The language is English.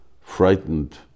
frightened